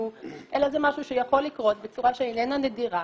אלא זה משהו שיכול לקרות בצורה שאיננה נדירה.